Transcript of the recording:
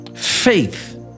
faith